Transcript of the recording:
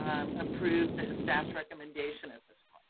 um approve the staff's recommendation at this point.